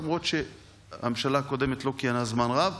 למרות שהממשלה הקודמת לא כיהנה זמן רב,